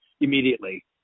immediately